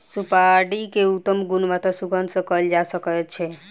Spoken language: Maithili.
सुपाड़ी के उत्तम गुणवत्ता सुगंध सॅ कयल जा सकै छै